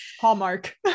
hallmark